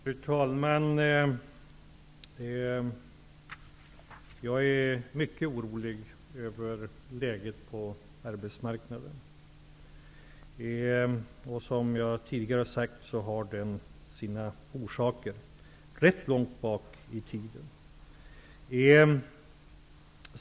Fru talman! Jag är mycket orolig över läget på arbetsmarknaden. Som jag tidigare har sagt har den nuvarande situationen sina orsaker rätt långt bak i tiden.